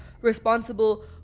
responsible